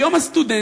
את יום הסטודנט,